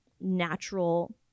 natural